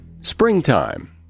springtime